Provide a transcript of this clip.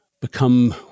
become